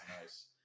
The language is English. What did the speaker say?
Nice